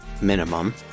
minimum